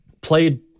played